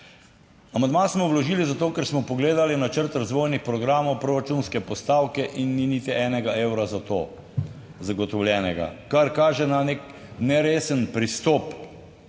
Amandma smo vložili zato, ker smo pogledali načrt razvojnih programov, proračunske postavke in ni niti enega evra za to zagotovljenega, kar kaže na nek neresen pristop.